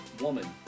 woman